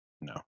no